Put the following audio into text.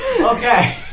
Okay